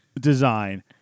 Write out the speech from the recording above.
Design